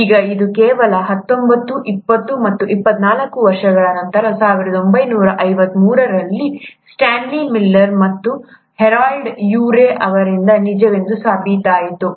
ಈಗ ಇದು ಕೇವಲ ಹತ್ತೊಂಬತ್ತು ಇಪ್ಪತ್ತೊಂಬತ್ತು ಮತ್ತು ಇಪ್ಪತ್ನಾಲ್ಕು ವರ್ಷಗಳ ನಂತರ 1953 ರಲ್ಲಿ ಸ್ಟಾನ್ಲಿ ಮಿಲ್ಲರ್ ಮತ್ತು ಹೆರಾಲ್ಡ್ ಯೂರೆ ಅವರಿಂದ ನಿಜವೆಂದು ಸಾಬೀತಾಯಿತು